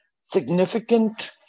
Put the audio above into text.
significant